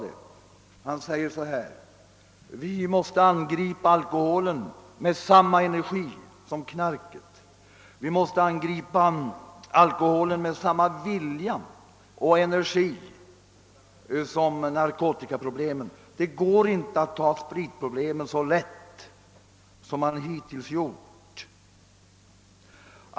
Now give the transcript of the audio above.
Enligt generaldirektör Rexeds mening måste vi angripa alkoholen med samma energi som knarket. Vi måste angripa alkoholen med samma vilja och energi som narkotikaproblemen. Det går inte att ta spritproblemen så lätt som man hittills gjort.